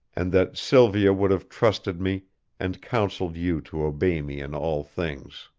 and that sylvia would have trusted me and counselled you to obey me in all things.